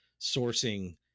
sourcing